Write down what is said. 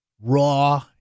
raw